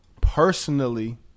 Personally